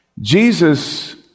Jesus